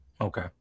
Okay